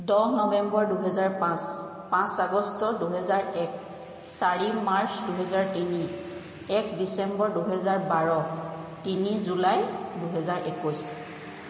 দহ নবেম্বৰ দুহেজাৰ পাঁচ পাঁচ আগষ্ট দুহেজাৰ এক চাৰি মাৰ্চ দুহেজাৰ তিনি এক ডিচেম্বৰ দুহেজাৰ বাৰ তিনি জুলাই দুহেজাৰ একৈছ